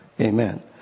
amen